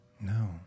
No